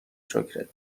شکرت